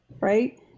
right